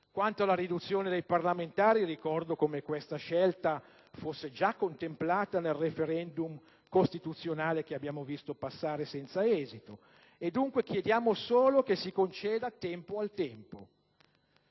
Quanto alla riduzione dei parlamentari, ricordo come questa scelta fosse già contemplata nella legge costituzionale che abbiamo visto passare senza esito al *referendum*. Dunque, chiediamo solo che si conceda tempo al tempo.